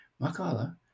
Mak'ala